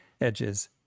edges